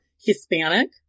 Hispanic